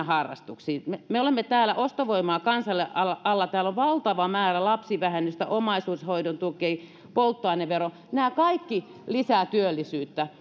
harrastuksiin meillä on täällä ostovoimaa kansalle otsikon alla valtava määrä lapsivähennystä omaishoidon tuki polttoainevero nämä kaikki lisäävät työllisyyttä